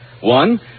One